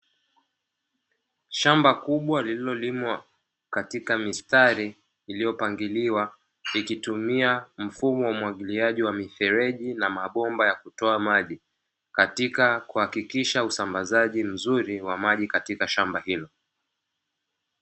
Shamba kubwa lililolimwa katika mistari iliyopangiliwa, ikitumia mfumo wa umwagiliaji wa mifereji na mabomba ya kutoa maji, katika kuhakikisha usambazaji mzuri wa maji katika shamba hilo.